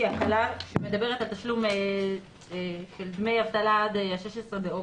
הקלה שמדברת על תשלום דמי אבטלה עד ה-16.8.